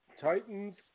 Titans